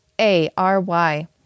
A-R-Y